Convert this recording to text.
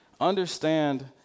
Understand